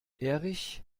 erich